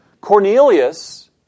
Cornelius